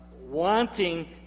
wanting